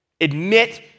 Admit